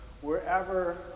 wherever